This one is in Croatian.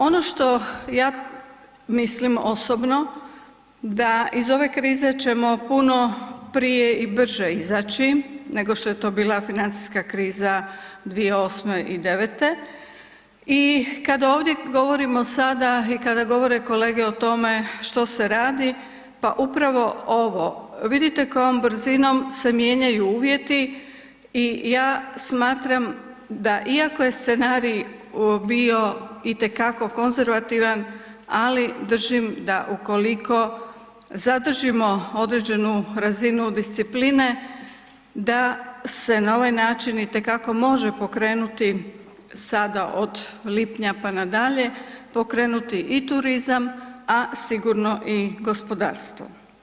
Ono što ja mislim osobno da iz ove krize ćemo puno prije i brže izaći nego što je to bila financijska kriza 2008.-2009.i kada ovdje govorimo sada i kada govore kolege o tome što se radi, pa upravo ovo vidite kojom brzinom se mijenjaju uvjeti i ja smatram iako je scenarij bio itekako konzervativan, ali držim da ukoliko zadržimo određenu razinu discipline da se na ovaj način itekako može pokrenuti sada od lipnja pa nadalje, pokrenuti i turizam, a sigurno i gospodarstvo.